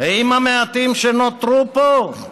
עם המעטים שנותרו פה.